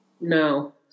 no